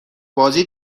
بازی